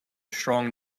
strong